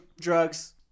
drugs